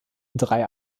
drei